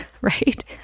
right